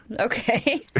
Okay